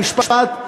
חוק ומשפט,